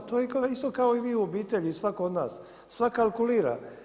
To je isto kao i vi u obitelji i svatko od nas, svatko kalkulira.